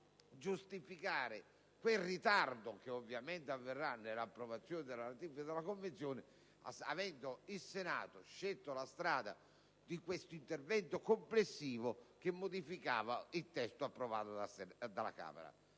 tale da giustificare quel ritardo, che ovviamente si registrerà nell'approvazione della Convenzione, avendo il Senato scelto la strada di un intervento complessivo che ha modificato il testo approvato dalla Camera.